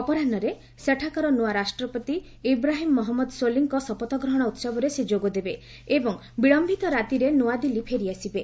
ଅପରାହ୍କରେ ସେଠାକାର ନୂଆ ରାଷ୍ଟ୍ରପତି ଇବ୍ରାହିମ ମହମ୍ମଦ ସୋଲିଙ୍କ ଶପଥଗ୍ରହଣ ଉତ୍ସବରେ ସେ ଯୋଗଦେବେ ଏବଂ ବିଳୟିତ ରାତିରେ ନ୍ତଆଦିଲ୍ଲୀ ଫେରିଆସିବେ